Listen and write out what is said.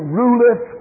ruleth